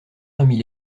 remis